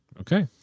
Okay